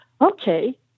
okay